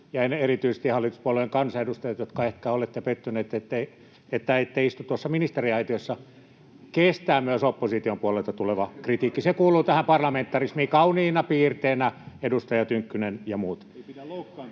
erityisesti hallituspuolueen kansanedustajat, jotka ehkä olette pettyneet, että ette istu tuossa ministeriaitiossa, kestää myös opposition puolelta tuleva kritiikki. Se kuuluu tähän parlamentarismiin kauniina piirteenä, edustaja Tynkkynen ja muut.